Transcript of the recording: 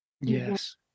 Yes